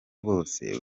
bose